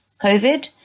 COVID